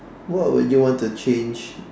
what would you want to change